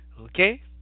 okay